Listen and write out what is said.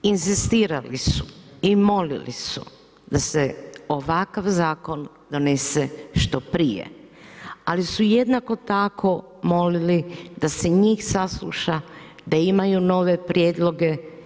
Inzistirali su i molili su da se ovakav zakon donese što prije, ali su jednako tako molili da se njih sasluša, da imaju nove prijedloge.